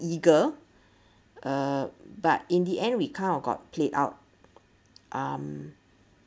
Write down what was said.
eager uh but in the end we kind of got played out um